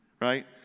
right